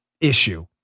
issue